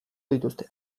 dituzte